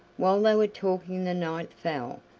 while they were talking the night fell,